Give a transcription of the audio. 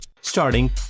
Starting